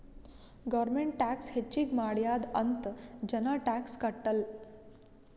government tax ಹೆಚ್ಚಿಗ್ ಮಾಡ್ಯಾದ್ ಅಂತ್ ಜನ ಟ್ಯಾಕ್ಸ್ ಕಟ್ಟಲ್